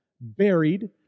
buried